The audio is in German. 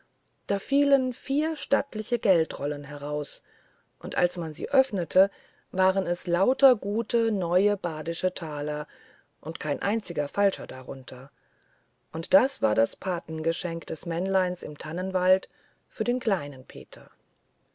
da fielen vier stattliche geldrollen heraus und als man sie öffnete waren es lauter gute neue badische taler und kein einziger falscher darunter und das war das patengeschenk des männleins im tannenwald für den kleinen peter